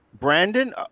Brandon